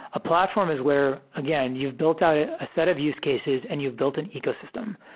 a platform is where again, you've built out ah a set of use cases and you've built an ecosystem.